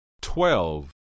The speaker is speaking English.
Twelve